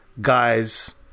guys